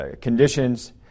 conditions